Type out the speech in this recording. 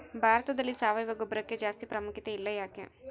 ಭಾರತದಲ್ಲಿ ಸಾವಯವ ಗೊಬ್ಬರಕ್ಕೆ ಜಾಸ್ತಿ ಪ್ರಾಮುಖ್ಯತೆ ಇಲ್ಲ ಯಾಕೆ?